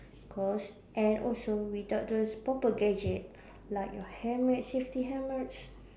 cause and also without those proper gadget like your helmet safety helmets